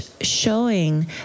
showing